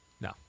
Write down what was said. No